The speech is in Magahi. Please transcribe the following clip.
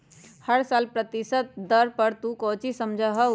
हर साल प्रतिशत दर से तू कौचि समझा हूँ